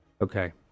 Okay